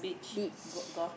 beach